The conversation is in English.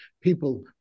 people